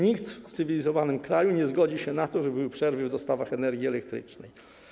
Nikt w cywilizowanym kraju nie zgodzi się na to, żeby były przerwy w dostawach energii elektrycznej.